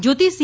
Jyoti C